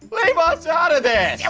leave us out of this. yeah